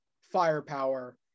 firepower